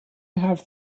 have